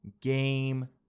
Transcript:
game